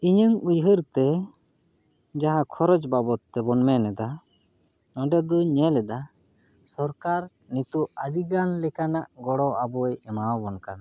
ᱤᱧᱟᱹᱝ ᱩᱭᱦᱟᱹᱨᱛᱮ ᱡᱟᱦᱟᱸ ᱠᱷᱚᱨᱚᱪ ᱵᱟᱵᱚᱫ ᱛᱮᱵᱚᱱ ᱢᱮᱱᱮᱫᱟ ᱚᱸᱰᱮ ᱫᱚᱧ ᱧᱮᱞ ᱮᱫᱟ ᱥᱚᱨᱠᱟᱨ ᱱᱚᱛᱳᱜ ᱟᱹᱰᱤ ᱜᱟᱱ ᱞᱮᱠᱟᱱᱟᱜ ᱜᱚᱲᱚ ᱟᱵᱚᱭ ᱮᱢᱟᱣᱟᱵᱚᱱ ᱠᱟᱱᱟ